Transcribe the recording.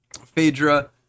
Phaedra